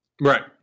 Right